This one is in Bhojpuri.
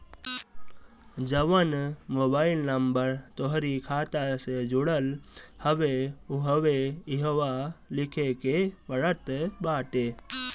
जवन मोबाइल नंबर तोहरी खाता से जुड़ल हवे उहवे इहवा लिखे के पड़त बाटे